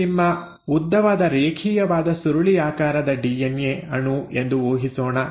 ಇದು ನಿಮ್ಮ ಉದ್ದವಾದ ರೇಖೀಯವಾದ ಸುರುಳಿಯಾಕಾರದ ಡಿಎನ್ಎ ಅಣು ಎಂದು ಊಹಿಸೋಣ